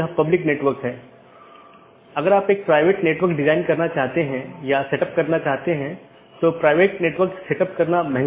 यहाँ multi home AS के 2 या अधिक AS या उससे भी अधिक AS के ऑटॉनमस सिस्टम के कनेक्शन हैं